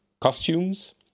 costumes